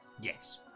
Yes